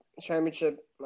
championship